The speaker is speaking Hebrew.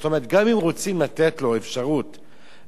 גם אם רוצים לתת לו אפשרות לצאת,